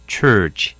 Church